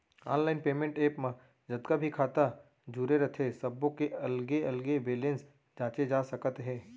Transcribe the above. online payment app म जतका भी खाता जुरे रथे सब्बो के अलगे अलगे बेलेंस जांचे जा सकत हे